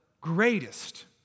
greatest